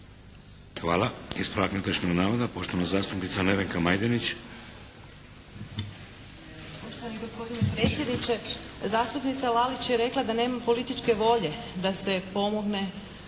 Hvala. Ispravak netočnog navoda poštovana zastupnica Nevenka Majdenić. **Majdenić, Nevenka (HDZ)** Poštovani gospodine predsjedniče zastupnica Lalić je rekla da nema političke volje da se pomogne